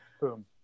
boom